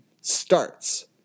starts